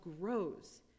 grows